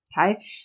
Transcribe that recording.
Okay